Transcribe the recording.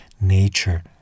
nature